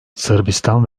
sırbistan